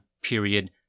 period